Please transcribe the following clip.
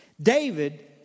David